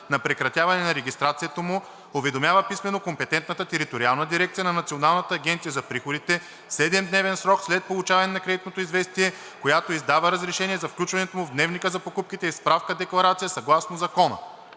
на прекратяване на регистрацията му, уведомява писмено компетентната териториална дирекция на Националната агенция за приходите в 7-дневен срок след получаване на кредитното известие, която издава разрешение за включването му в дневника за покупките и в справка декларация съгласно закона.